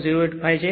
085 છે